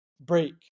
break